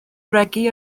regi